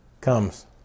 comes